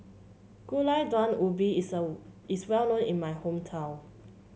Gulai Daun Ubi is a is well known in my hometown